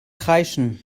kreischen